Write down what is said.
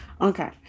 Okay